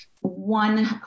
one